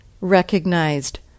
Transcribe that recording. recognized